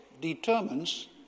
determines